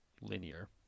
linear